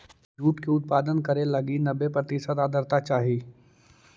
jute के उत्पादन करे लगी नब्बे प्रतिशत आर्द्रता चाहइ